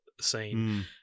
scene